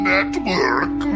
Network